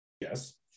yes